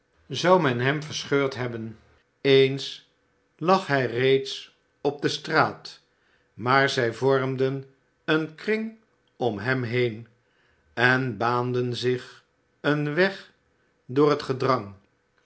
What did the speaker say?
zou men hem verscheurd hebben eens lag hij reeds op de straat maar zij vormden een kring om hem heen en baanden zich een weg door het gedrang